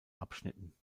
abschnitten